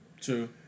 True